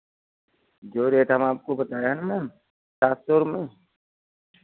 जो रेट हम आपको बताया ना मैम सात सौ में